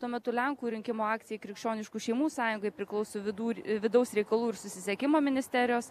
tuo metu lenkų rinkimų akcijai krikščioniškų šeimų sąjungai priklauso vidų vidaus reikalų ir susisiekimo ministerijos